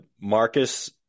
marcus